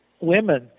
women